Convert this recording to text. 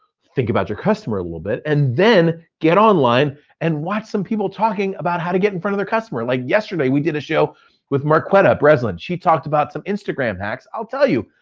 think about your customer a little bit and then get online and watch some people talking about how to get in front of the customer. like yesterday, we did a show with marquetta breslin. she talked about some instagram hacks, i'll tell you.